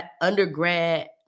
undergrad